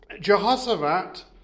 Jehoshaphat